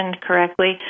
correctly